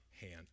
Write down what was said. hand